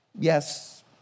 Yes